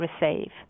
receive